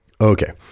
Okay